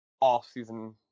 off-season